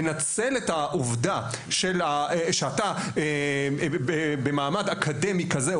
לנצל את העובדה שאתה במעמד אקדמי כזה,